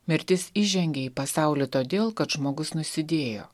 mirtis įžengia į pasaulį todėl kad žmogus nusidėjo